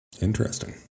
Interesting